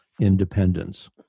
Independence